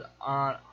on